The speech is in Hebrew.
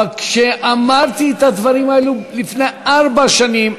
אבל כשאמרתי את הדברים האלו לפני ארבע שנים,